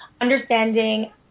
understanding